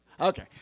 Okay